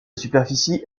superficie